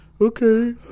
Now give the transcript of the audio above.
Okay